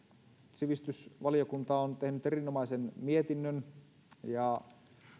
sivistysvaliokunta on tehnyt erinomaisen mietinnön ja